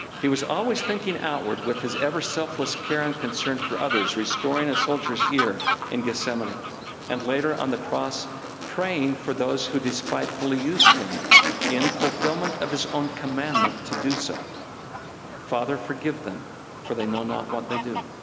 he was always thinking outward with his ever-selfless care and concern for others restoring a soldier's ear in gethsemane and later, on the cross praying for those who despitefully used him in fulfillment of his own commandment to do so father, forgive them for they know not what they do.